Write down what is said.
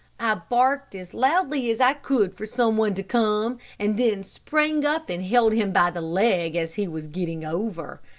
i barked as loudly as i could for some one to come, and then sprang up and held him by the leg as he was getting over.